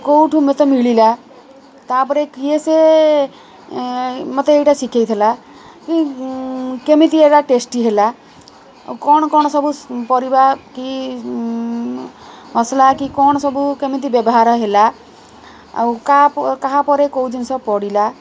କୋଉଠୁ ମୋତେ ମିଳିଲା ତା'ପରେ କିଏ ସେ ମୋତେ ଏଇଟା ଶିଖେଇଥିଲା କି କେମିତି ଏଇଟା ଟେଷ୍ଟି ହେଲା କ'ଣ କ'ଣ ସବୁ ପରିବା କି ମସଲା କି କ'ଣ ସବୁ କେମିତି ବ୍ୟବହାର ହେଲା ଆଉ କାହା କାହା ପରେ କୋଉ ଜିନିଷ ପଡ଼ିଲା